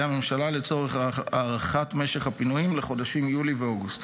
הממשלה לצורך הארכת משך הפינויים לחודשים יולי ואוגוסט,